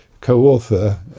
co-author